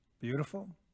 Beautiful